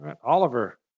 Oliver